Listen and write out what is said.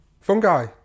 Fungi